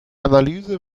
analyse